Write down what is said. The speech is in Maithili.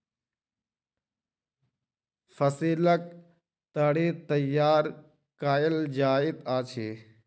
फसीलक ताड़ी तैयार कएल जाइत अछि